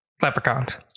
Leprechauns